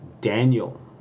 Daniel